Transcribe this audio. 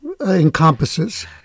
encompasses